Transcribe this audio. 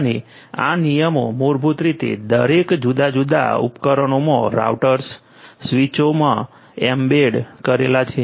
અને આ નિયમો મૂળભૂત રીતે દરેક જુદા જુદા ઉપકરણોમાં રાઉટર્સ સ્વીચો મા એમ્બેડ કરેલા છે